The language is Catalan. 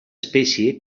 espècie